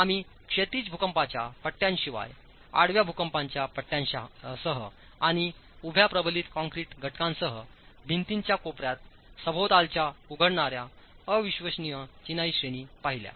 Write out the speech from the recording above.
आम्ही क्षैतिज भूकंपाच्या पट्ट्यांशिवाय आडव्या भूकंपाच्या पट्ट्यांसह आणि उभ्या प्रबलित कंक्रीट घटकांसह भिंतींच्या कोपऱ्यात सभोवतालच्या उघडणाऱ्या अविश्वसनीय चिनाई श्रेणी पाहिल्या